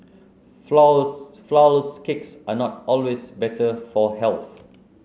flour less flour less cakes are not always better for health